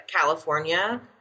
California